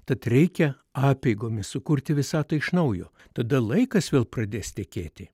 tad reikia apeigomis sukurti visatą iš naujo tada laikas vėl pradės tekėti